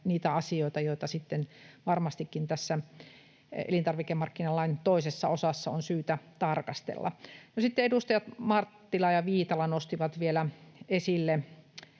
niitä asioita, joita sitten varmastikin tässä elintarvikemarkkinalain toisessa osassa on syytä tarkastella. Sitten edustajat Marttila ja Viitala nostivat muistaakseni